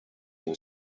will